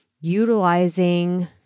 utilizing